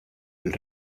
del